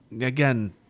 again